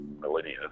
millennia